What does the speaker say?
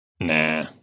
nah